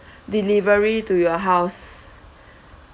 delivery to your house